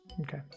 okay